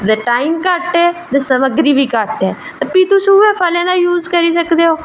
time घट्ट ऐ ते समग्री बी घट्ट ऐ फिर उ'ऐ तुस फलें दा यूज़ करी सकदे ओ